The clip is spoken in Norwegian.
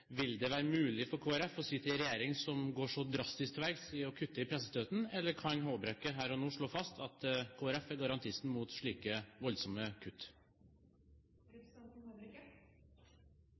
Vil det være mulig for Kristelig Folkeparti å sitte i en regjering som går så drastisk til verks i å kutte i pressestøtten, eller kan Håbrekke her og nå slå fast at Kristelig Folkeparti er garantisten mot slike voldsomme